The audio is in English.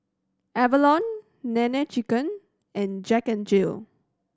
Avalon Nene Chicken and Jack N Jill